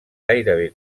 gairebé